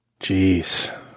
jeez